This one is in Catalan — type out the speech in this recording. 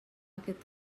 aquest